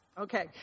Okay